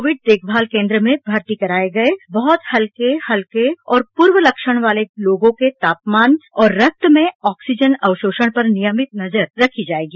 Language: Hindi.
कोविड देखभाल केंद्र में भर्ती कराए गए बहुत हल्के हल्के और पूर्व लक्षण वाले लोगों के तापमान और रक्त में ऑक्सीजन अवशोषण पर नियमित नजर रखी जाएगी